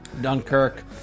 Dunkirk